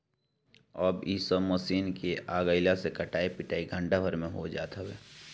अब इ सब मशीन के आगइला से कटाई पिटाई घंटा भर में हो जात हवे